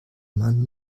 man